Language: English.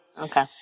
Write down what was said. okay